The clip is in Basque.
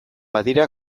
badira